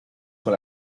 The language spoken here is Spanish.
con